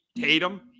Tatum